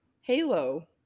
Halo